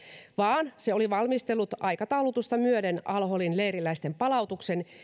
vaan se oli valmistellut aikataulutusta myöden al holin leiriläisten palautuksen